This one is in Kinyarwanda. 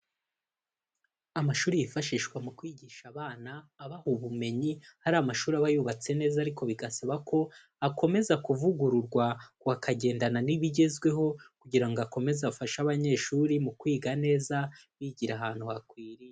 Amashuri yifashishwa mu kwigisha abana, abaha ubumenyi, ari amashuri aba yubatse neza ariko bigasaba ko akomeza kuvugururwa, akagendana n'ibigezweho kugira ngo akomeze afashe abanyeshuri mu kwiga neza, bigira ahantu hakwiriye.